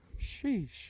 sheesh